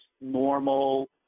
normal